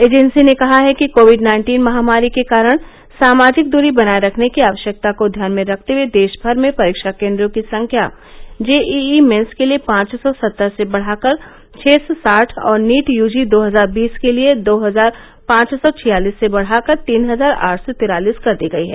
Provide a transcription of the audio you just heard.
agency ने कहा है कि कोविड नाइन्टीन महामारी के कारण सामाजिक दूरी बनाए रखने की आवश्यकता को ध्यान में रखते हए देश भर में परीक्षा केन्द्रों की संख्या जेइई मेन्स के लिए पांच सौ सत्तर से बढ़ाकर छः सौ साठ और नीट यूजी दो हजार बीस के लिए दो हजार पांच सौ छियालिस से बढ़ाकर तीन हजार आठ सौ तिरालिस कर दी गयी है